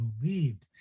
believed